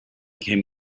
came